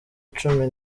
icumi